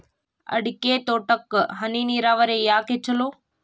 ಅಡಿಕೆ ತೋಟಕ್ಕ ಹನಿ ನೇರಾವರಿಯೇ ಯಾಕ ಛಲೋ?